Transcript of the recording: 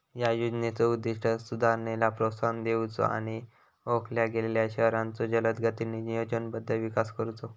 या योजनेचो उद्दिष्ट सुधारणेला प्रोत्साहन देऊचो आणि ओळखल्या गेलेल्यो शहरांचो जलदगतीने नियोजनबद्ध विकास करुचो